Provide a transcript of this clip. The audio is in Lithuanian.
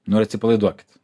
nu ir atsipalaiduokit